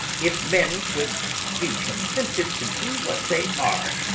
if men could be contented to be what they are,